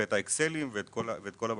את האקסלים ואת הבקרות.